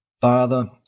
father